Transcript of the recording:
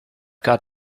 got